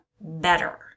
better